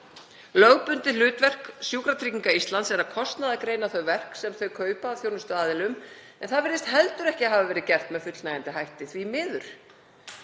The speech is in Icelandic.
Lögbundið hlutverk Sjúkratrygginga Íslands er að kostnaðargreina þau verk sem þær kaupa af þjónustuaðilum en það virðist heldur ekki hafa verið gert með fullnægjandi hætti, því miður.